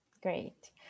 Great